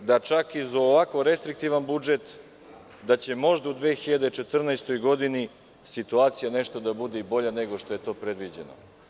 Mislim da čak i uz ovako restriktivan budžet, da će možda u 2014. godini situacija nešto biti bolja nego što je to predviđeno.